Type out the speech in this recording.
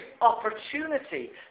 opportunity